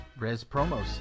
respromos